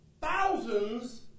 thousands